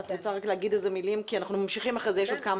את רוצה לומר כמה מילים לפני כן?